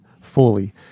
fully